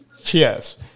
Yes